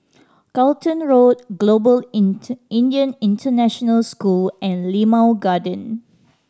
Charlton Road Global Indian International School and Limau Garden